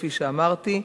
כפי שאמרתי,